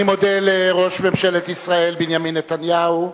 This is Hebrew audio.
אני מודה לראש ממשלת ישראל בנימין נתניהו.